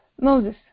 Moses